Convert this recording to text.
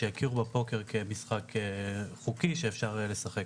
כך שיכירו בפוקר כמשחק חוקי שאפשר לשחק